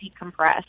decompress